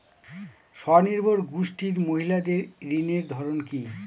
স্বনির্ভর গোষ্ঠীর মহিলাদের ঋণের ধরন কি?